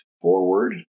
forward